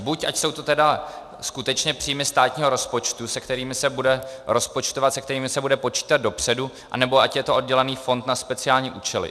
Buď ať to jsou tedy skutečně příjmy státního rozpočtu, s kterými se bude rozpočtovat, s kterými se bude počítat dopředu, anebo ať je to oddělený fond na speciální účely.